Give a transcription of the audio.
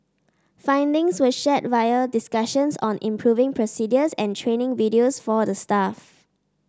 findings were shared via discussions on improving procedures and training videos for the staff